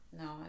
no